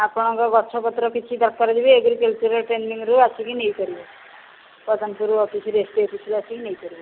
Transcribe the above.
ଆପଣଙ୍କ ଗଛ ପତ୍ର କିଛି ଦରକାର ଯଦି ଏଗ୍ରିକଲଚର ଟ୍ରେନିଙ୍ଗରୁ ଆସିକି ନେଇପାରିବେ ପଦ୍ମପୁର ଅଫିସରେ ଆସିକି ନେଇପାରିବେ